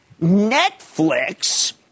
Netflix